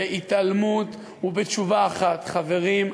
בהתעלמות ובתשובה אחת: חברים,